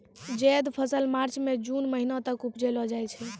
जैद फसल मार्च सें जून महीना तक उपजैलो जाय छै